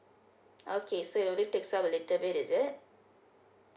okay so it only takes up a little bit is it